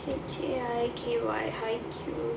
H A I K Y U U haikyuu